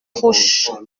trouche